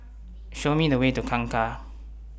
Show Me The Way to Kangkar